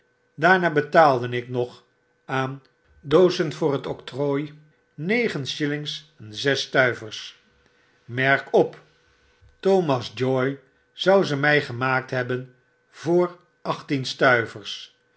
daarna betaalde ik nog aan doozen voor het octrooi negen shillings en zes stuivers merk op thomas joy zou ze my gemaakt hebben voor achttien stuivers